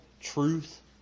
truth